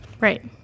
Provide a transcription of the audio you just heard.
Right